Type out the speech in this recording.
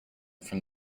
from